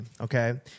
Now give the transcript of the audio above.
okay